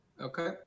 Okay